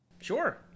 Sure